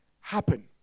happen